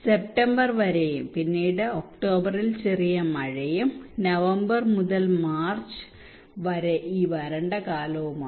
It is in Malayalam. സെപ്തംബർ വരെയും പിന്നീട് ഒക്ടോബറിൽ ചെറിയ മഴയും നവംബർ മുതൽ മാർച്ച് വരെ ഈ വരണ്ട കാലവുമാണ്